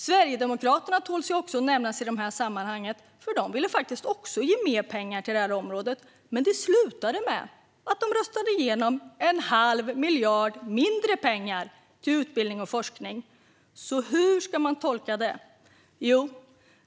Sverigedemokraterna tål också att nämnas i detta sammanhang för de ville också ge mer pengar till området, men det slutade med att de röstade igenom en halv miljard mindre pengar till utbildning och forskning. Så hur ska man tolka det?